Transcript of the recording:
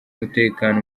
w’umutekano